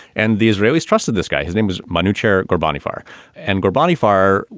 and the israelis trusted this guy. his name is muncher ghorbanifar and ghorbanifar.